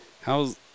how's